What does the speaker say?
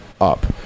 up